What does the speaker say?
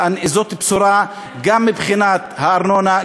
זאת בשורה גם מבחינת הארנונה,